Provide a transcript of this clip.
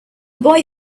boy